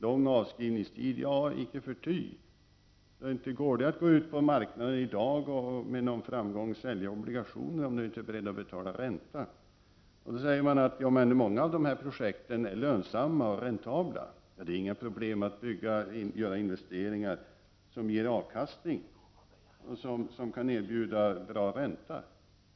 Lång avskrivningstid, icke förty, men inte går det att i dag gå ut på marknaden och med framgång sälja obligationer om man inte är beredd att betala ränta. Så sägs det att många av dessa projekt är lönsamma och räntabla. Det är inga problem att göra investeringar som ger avkastning och där man kan erbjuda bra ränta.